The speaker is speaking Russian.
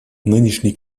нынешний